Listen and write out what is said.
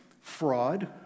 fraud